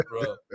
bro